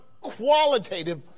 qualitative